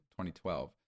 2012